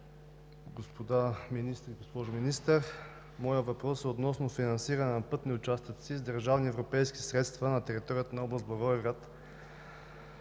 господин министър и госпожо Министър! Моят въпрос е относно финансиране на пътни участъци с държавни и европейски средства на територията на област Благоевград.